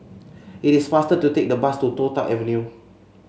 it is faster to take the bus to Toh Tuck Avenue